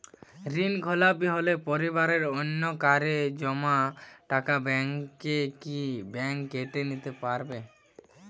ঋণখেলাপি হলে পরিবারের অন্যকারো জমা টাকা ব্যাঙ্ক কি ব্যাঙ্ক কেটে নিতে পারে?